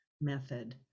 method